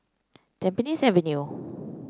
Tampines Avenue